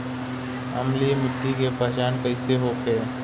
अम्लीय मिट्टी के पहचान कइसे होखे?